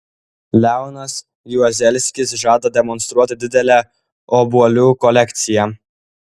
leonas juozelskis žada demonstruoti didelę obuolių kolekciją